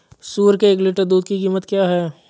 सुअर के एक लीटर दूध की कीमत क्या है?